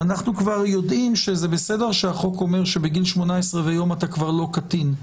אנחנו כבר יודעים שזה בסדר שהחוק אומר שבגיל 18 ויום אתה כבר לא קטין.